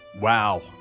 Wow